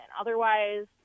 Otherwise